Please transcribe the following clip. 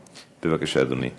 בבקשה, בוא.